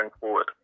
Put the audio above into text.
forward